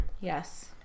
Yes